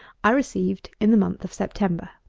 i received in the month of september.